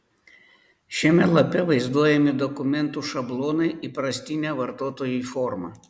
šiame lape vaizduojami dokumentų šablonai įprastine vartotojui forma